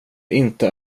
inte